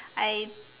I